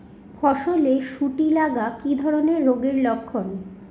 ফসলে শুটি লাগা কি ধরনের রোগের লক্ষণ?